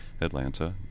Atlanta